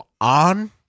on